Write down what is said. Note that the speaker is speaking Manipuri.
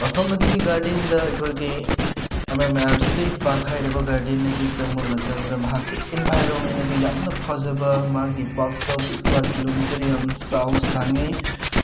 ꯃꯐꯝ ꯑꯗꯨꯒꯤ ꯒꯥꯔꯗꯦꯟꯗ ꯑꯩꯈꯣꯏꯒꯤ M M R C park ꯍꯥꯏꯔꯤꯕ ꯒꯥꯔꯗꯦꯟ ꯑꯗꯨ ꯆꯪꯕ ꯃꯇꯝꯗ ꯃꯍꯥꯛꯀꯤ ꯏꯟꯚꯥꯏꯔꯣꯟꯃꯦꯟ ꯑꯗꯨ ꯌꯥꯝꯅ ꯐꯖꯕ ꯃꯥꯒꯤ ꯄꯥꯛ ꯆꯥꯎꯕ ꯏꯁꯀ꯭ꯋꯥꯔ ꯀꯤꯂꯣꯃꯤꯇꯔ ꯌꯥꯝꯅ ꯆꯥꯎ ꯁꯥꯡꯉꯤ